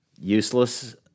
useless